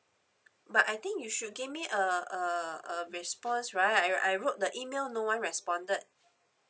but I think you should give me a a a response right I I wrote the email no one responded